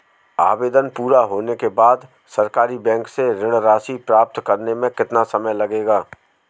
आवेदन पूरा होने के बाद सरकारी बैंक से ऋण राशि प्राप्त करने में कितना समय लगेगा?